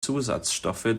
zusatzstoffe